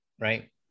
right